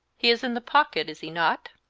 he is in the pocket, is he not?